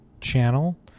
channel